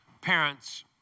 parents